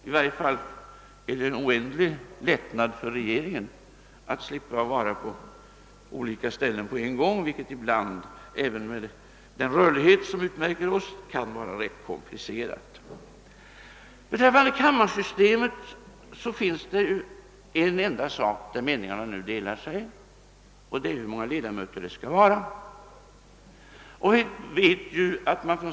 — I varje fall är det en lättnad för regeringens ledamöter att slippa vara på olika ställen på en gång, vilket ibland — även med den rörlighet som utmärker oss — kan vara rätt komplicerat. I fråga om enkammarsystemet delar sig meningarna nu beträffande en enda sak, nämligen hur många ledamöter det skall vara.